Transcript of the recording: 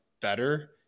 better